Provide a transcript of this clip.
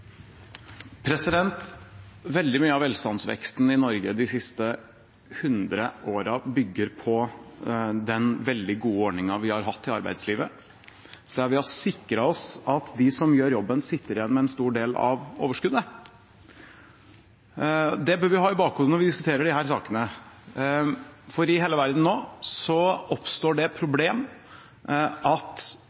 Veldig mye av velstandsveksten i Norge de siste 100 årene bygger på den veldig gode ordningen vi har hatt i arbeidslivet, der vi har sikret oss at de som gjør jobben, sitter igjen med en stor del av overskuddet. Det bør vi ha i bakhodet når vi diskuterer disse sakene. I hele verden nå oppstår det problemet at